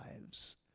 lives